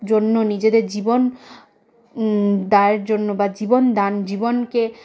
জন্য নিজেদের জীবন দায়ের জন্য বা জীবনদান জীবনকে